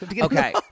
Okay